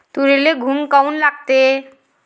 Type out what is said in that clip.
तुरीले घुंग काऊन लागते?